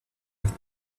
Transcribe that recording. with